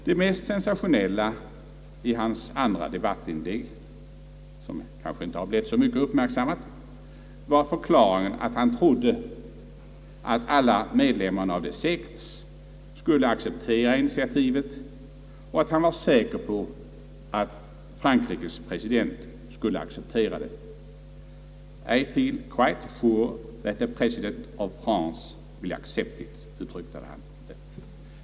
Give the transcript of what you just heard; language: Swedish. Det mest sensationella i hans andra debattinlägg var förklaringen, att han trodde att alla medlemmarna av De sex skulle acceptera initiativet och att han var säker på att Frankrikes president skulle acceptera det. >I feel quite sure that the President of France will accept it>.